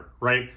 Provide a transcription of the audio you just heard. right